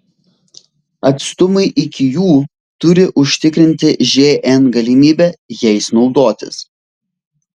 atstumai iki jų turi užtikrinti žn galimybę jais naudotis